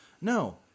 No